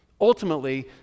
Ultimately